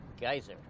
geyser